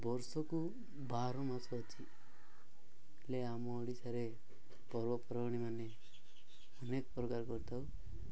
ବର୍ଷକୁ ବାର ମାସ ଅଛି ହେଲେ ଆମ ଓଡ଼ିଶାରେ ପର୍ବପର୍ବାଣି ମାନେ ଅନେକ ପ୍ରକାର କରିଥାଉ